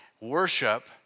Worship